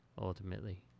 ultimately